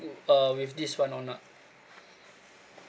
uh with this one or not